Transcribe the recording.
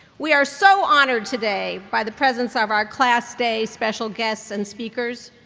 we are so honored today by the presence of our class day special guests and speakers,